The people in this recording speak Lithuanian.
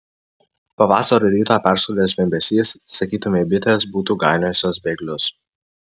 pavasario rytą perskrodė zvimbesys sakytumei bitės būtų gainiojusios bėglius